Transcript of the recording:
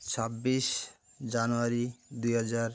ଛବିଶ ଜାନୁଆରୀ ଦୁଇହଜାର